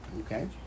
Okay